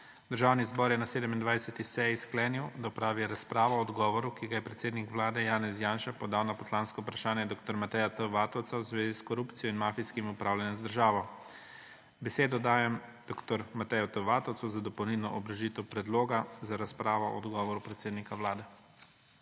Državni zbor je na 27. seji sklenil, da opravi razpravo o odgovoru, ki ga je predsednik Vlade Janez Janša podal na poslansko vprašanje dr. Mateja T. Vatovca v zvezi s korupcijo in mafijskim upravljanjem z državo. Besedo dajem dr. Mateju T. Vatovcu za dopolnilno obrazložitev predloga za razpravo o odgovoru predsednika Vlade.